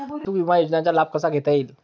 वाहतूक विमा योजनेचा लाभ कसा घेता येईल?